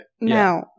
No